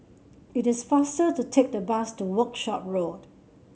it is faster to take the bus to Workshop Road